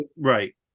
right